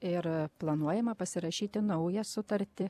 ir planuojama pasirašyti naują sutartį